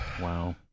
Wow